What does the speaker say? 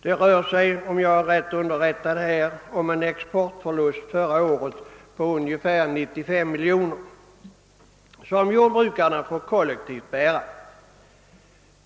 Det rörde sig — såvida jag är riktigt underrättad — om en exportförlust förra året på ungefär 95 miljoner kronor, vilken summa jordbrukarna kollektivt får bära.